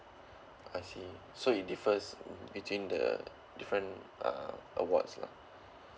I see so it defers between the different uh awards lah